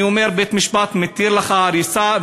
אני אומר: בית-משפט מתיר לך הריסה,